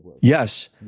Yes